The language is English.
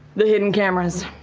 the hidden cameras.